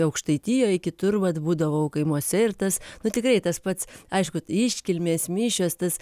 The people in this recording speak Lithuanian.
aukštaitijoj kitur vat būdavau kaimuose ir tas nu tikrai tas pats aišku iškilmės mišios tas